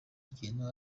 kintu